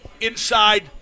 inside